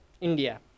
India